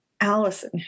Allison